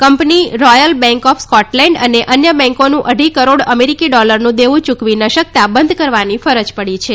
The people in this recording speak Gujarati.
company Royal Bank of Scotland અને અન્ય બેંકોનું અઢી કરોડ અમેરિકી ડોલરનું દેવું ચુકવી ન શકતા બંધ કરવાની ફરજ પડી છે